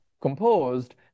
composed